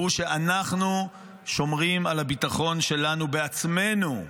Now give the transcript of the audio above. שהוא שאנחנו שומרים על הביטחון שלנו בעצמנו.